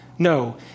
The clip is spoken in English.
No